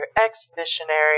ex-missionary